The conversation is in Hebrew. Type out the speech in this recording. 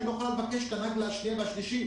לא יכולה לבקש את הסיבוב השני והשלישי.